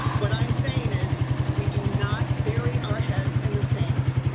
what i'm saying is we do not bury our heads in the sand.